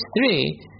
three